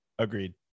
Agreed